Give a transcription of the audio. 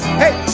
hey